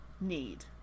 need